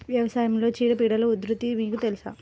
వ్యవసాయంలో చీడపీడల ఉధృతి మీకు తెలుసా?